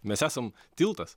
mes esam tiltas